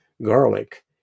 Garlic